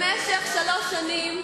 במשך שלוש שנים,